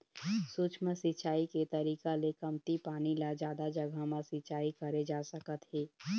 सूक्ष्म सिंचई के तरीका ले कमती पानी ल जादा जघा म सिंचई करे जा सकत हे